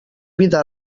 vida